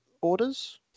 orders